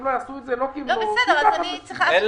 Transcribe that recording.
הם לא יעשו את זה -- בסדר, אז אני צריכה לחשוב.